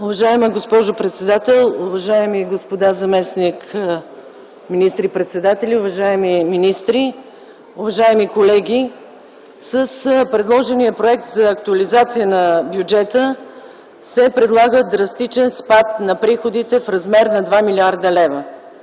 Уважаема госпожо председател, уважаеми господа заместник-министри и председатели, уважаеми министри, уважаеми колеги! С предложения проект за актуализация на бюджета се предлага драстичен спад на приходите в размер на 2 млрд. лв.